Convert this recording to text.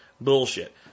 bullshit